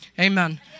Amen